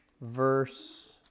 Verse